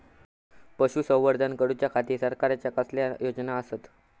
पशुसंवर्धन करूच्या खाती सरकारच्या कसल्या योजना आसत?